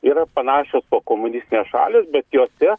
yra panašios pokomunistinės šalys bet jose